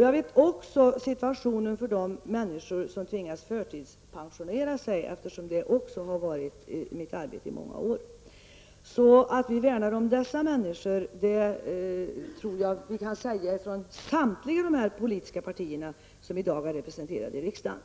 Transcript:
Jag känner till situationen för de människor som tvingas förtidspensioneras, eftersom det också är frågor som jag arbetat med i många år. Att vi värnar om dessa människor tror jag vi alla kan säga från samtliga de partier som i dag är representerade i riksdagen.